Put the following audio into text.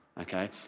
okay